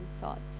thoughts